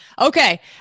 Okay